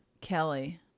Kelly